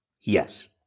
Yes